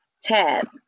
tab